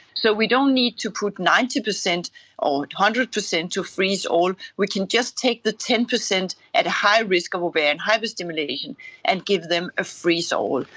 so we don't need to put ninety percent or one hundred percent to freeze-all, we can just take the ten percent at high risk of ovarian hyperstimulation and give them a freeze-all.